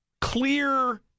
clear